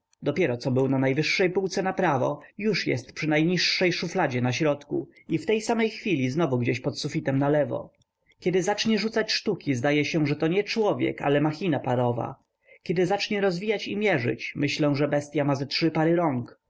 fryga dopieroco był na najwyższej półce naprawo już jest przy najniższej szufladzie na środku i w tej samej chwili znowu gdzieś pod sufitem nalewo kiedy zacznie rzucać sztuki zdaje się że to nie człowiek ale machina parowa kiedy zacznie rozwijać i mierzyć myślę że bestya ma ze trzy pary